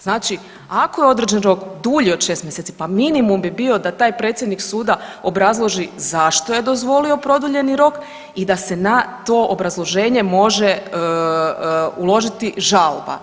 Znači ako je određen rok dulji od 6 mjeseci, pa minimum bi bio da taj predsjednik suda obrazloži zašto je dozvolio produljeni rok i da se na to obrazloženje može uložiti žalba.